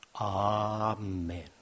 Amen